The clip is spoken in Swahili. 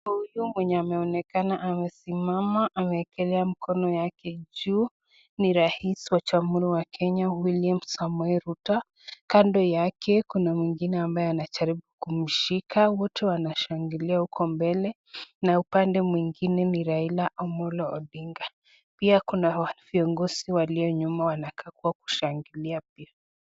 Mtu huyu mwenye ameonekana amesimama ameekelea mikono yake juu, ni rais wa jamhuri ya Kenya, William Samoei Ruto. Kando yake kuna mwingine ambaye anajaribu kumshika. Wote wanashangilia huko mbele . Na upande mwingine ni Raila Amollo Odinga. Pia kuna viongozi walio nyuma wanakaa kua kushangilia pia.